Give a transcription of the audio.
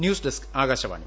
news desk Akashvani